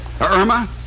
Irma